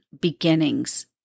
beginnings